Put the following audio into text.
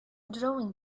drawing